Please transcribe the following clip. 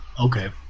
okay